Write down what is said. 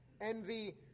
envy